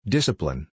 Discipline